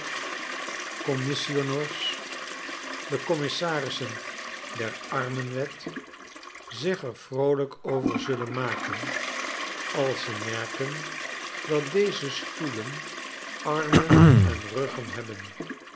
de commissarissen der armen wet zich er vroolijk over zullen maken als ze merken dat deze stoelen armen en ruggen hebben